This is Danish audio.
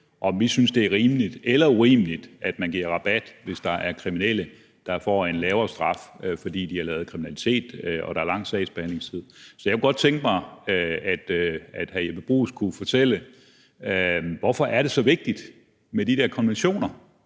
om vi synes, det er rimeligt eller urimeligt, at man giver rabat til kriminelle, der så får en lavere straf, fordi der er lang sagsbehandlingstid. Så jeg kunne godt tænke mig, at hr. Jeppe Bruus kunne fortælle, hvorfor det er så vigtigt med de der konventioner.